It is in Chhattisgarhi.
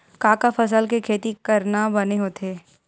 का का फसल के खेती करना बने होथे?